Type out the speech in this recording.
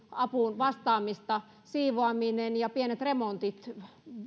apuun vastaamista siivoaminen ja pienet remontit